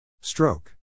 Stroke